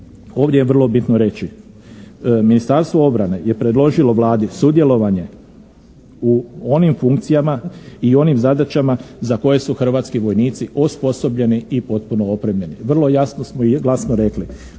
ovdje je vrlo bitno reći Ministarstvo obrane je predložilo Vladi sudjelovanje u onim funkcijama i onim zadaćama za koje su hrvatski vojnici osposobljeni i potpuno opremljeni. Vrlo jasno smo i glasno rekli,